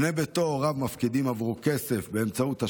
בני ביתו או הוריו מפקידים עבורו כסף באמצעות השב"ס,